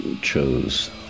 chose